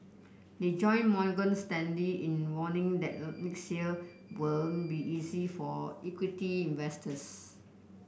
they join Morgan Stanley in warning that next year won't be easy for equity investors